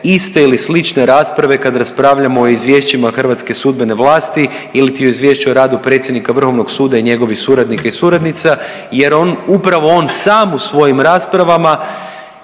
iste ili slične rasprave kad raspravljamo o izvješćima hrvatske sudbene vlasti iliti o izvješću o radu predsjednika Vrhovnog suda i njegovih suradnika i suradnica jer on, upravo on sam u svojim raspravama